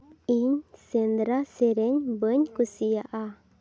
ᱤᱧ ᱥᱮᱸᱫᱽᱨᱟ ᱥᱮᱨᱮᱧ ᱵᱟᱹᱧ ᱠᱩᱥᱤᱭᱟᱜᱼᱟ